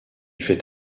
fait